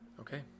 Okay